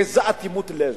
איזו אטימות לב.